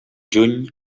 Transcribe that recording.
juny